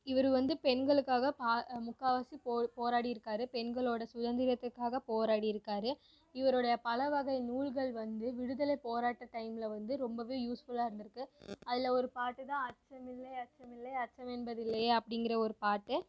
இவர் வந்து பெண்களுக்காக பா முக்காவாசி போ போராடிருக்கார் பெண்களோட சுதந்திரத்துக்காக போராடி இருக்கார் இவருடைய பல வகை நூல்கள் வந்து விடுதலை போராட்ட டைமில் வந்து ரொம்பவே யூஸ்ஃபுல்லாக இருந்து இருக்கு அதில் ஒரு பாட்டு தான் அச்சமில்லை அச்சமில்லை அச்சமென்பதில்லையே அப்படிங்கிற ஒரு பாட்டு